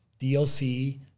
DLC